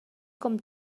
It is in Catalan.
com